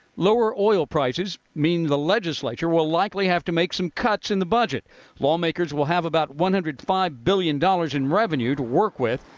lower oil prices means the legislature will likely have to make some cuts in the budget lawmakers will have about one hundred and five billion dollars in revenue to work with.